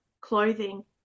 clothing